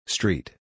Street